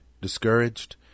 discouraged